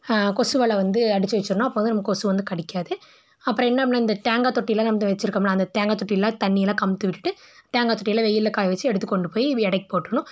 கொசு வலை வந்து அடித்து வச்சிடணும் அப்போ வந்து நம்மை கொசு வந்து கடிக்காது அப்புறம் என்ன அப்படின்னா இந்த தேங்காய் தொட்டியெல்லாம் நம்ம வந்து வச்சுருக்கோம்ல அந்த தேங்காய் தொட்டியெல்லாம் தண்ணியெல்லாம் கவுத்து விட்டுட்டு தேங்காய் தொட்டியெல்லாம் வெயிலில் காயை வைச்சி எடுத்து கொண்டு போய் எடைக்கு போட்டுருணும்